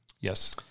Yes